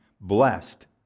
blessed